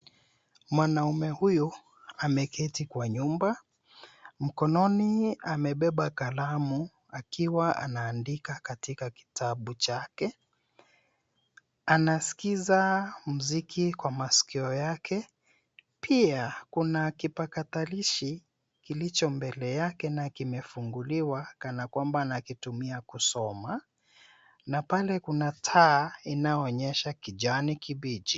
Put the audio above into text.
Mwanaume huyu ameketi kwa nyumba, mkononi amebeba kalamu akiwa anaandika katika kitabu chake. Anaskiza muziki kwa masikio yake. Pia kuna kipakatalishi kilicho mbele yake na kimefunguliwa kana kwamba anakitumia kusoma na pale kuna taa inayoonyesha kijani kibichi.